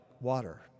water